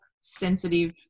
sensitive